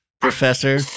professor